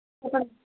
చెప్పండి